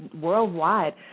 worldwide